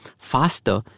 faster